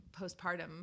postpartum